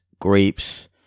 grapes